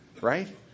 right